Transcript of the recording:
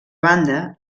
banda